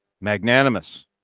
magnanimous